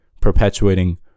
perpetuating